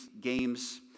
games